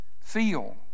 feel